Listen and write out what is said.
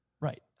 right